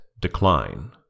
Decline